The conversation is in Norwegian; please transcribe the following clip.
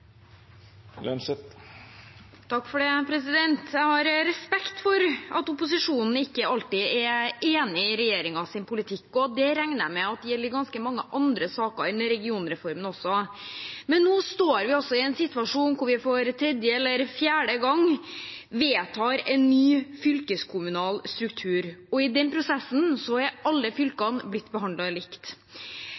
Jeg har respekt for at opposisjonen ikke alltid er enig i regjeringens politikk, og det regner jeg med gjelder i ganske mange andre saker enn regionreformen også. Men nå står vi altså i en situasjon der vi for tredje eller fjerde gang vedtar en ny fylkeskommunal struktur, og i den prosessen er alle